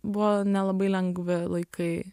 buvo nelabai lengvi laikai